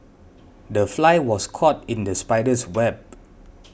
the fly was caught in the spider's web